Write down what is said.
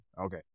Okay